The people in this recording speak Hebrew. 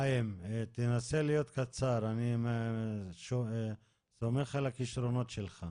חיים, תנסה להיות קצר, אני סומך על הכישרונות שלך.